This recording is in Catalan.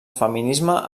feminisme